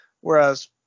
whereas